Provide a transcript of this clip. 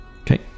Okay